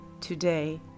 Today